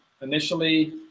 initially